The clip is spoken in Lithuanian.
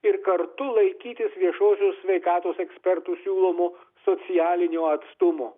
ir kartu laikytis viešosios sveikatos ekspertų siūlomo socialinio atstumo